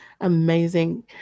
Amazing